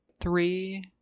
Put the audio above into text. three